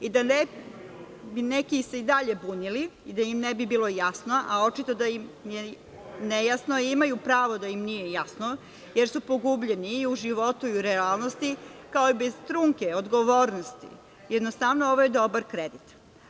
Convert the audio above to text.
Da se ne bi neki i dalje bunili i da im ne bi bilo jasno, a očito da im je nejasno, imaju pravo da im nije jasno, jer su pogubljeni i u životu i u realnosti, kao i bez trunke odgovornosti, jednostavno ovo je dobar kredit.